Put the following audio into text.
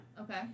Okay